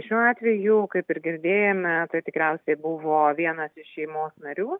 šiuo atveju kaip ir girdėjome tai tikriausiai buvo vienas iš šeimos narių